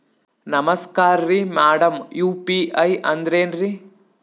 ನಮಸ್ಕಾರ್ರಿ madam UPI ಅಂದ್ರೆನ್ರಿ?